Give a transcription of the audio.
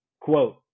Quote